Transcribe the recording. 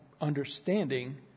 understanding